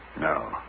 No